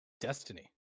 Destiny